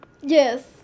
yes